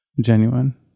genuine